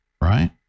Right